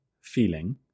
feeling